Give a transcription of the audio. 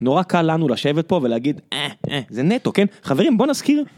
נורא קל לנו לשבת פה ולהגיד אה, אה... זה נטו, כן, חברים בוא נזכיר...